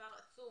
מספר עצום